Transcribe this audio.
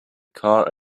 car